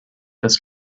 this